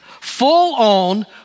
full-on